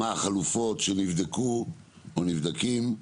מה החלופות שנבדקו או נבדקים,